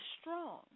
strong